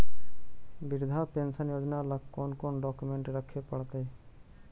वृद्धा पेंसन योजना ल कोन कोन डाउकमेंट रखे पड़तै?